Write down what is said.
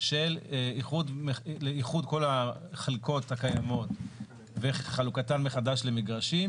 לאיחוד כל החלקות הקיימות וחלוקתן מחדש למגרשים,